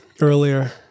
earlier